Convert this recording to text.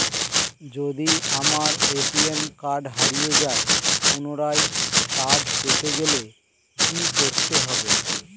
যদি আমার ATM card হারিয়ে যায় পুনরায় কার্ড পেতে গেলে কি করতে হবে?